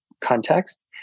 context